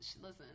listen